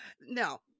no